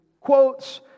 quotes